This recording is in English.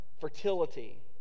fertility